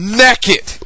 naked